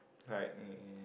like uh uh